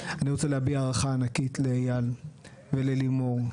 אנחנו הקמנו כדי לטפל ולמקד את הטיפול בנפגעי פוסט טראומה,